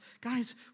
guys